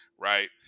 right